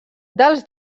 dels